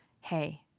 hey